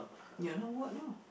ya loh what lah